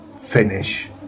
finish